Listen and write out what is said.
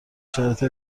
شرایط